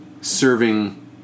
serving